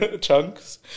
chunks